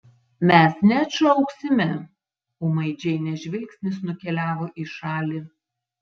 mes neatšauksime ūmai džeinės žvilgsnis nukeliavo į šalį